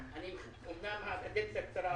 יש לנו מגזר חרדי, יש לנו עובדת מוגבלת.